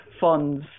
funds